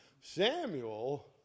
Samuel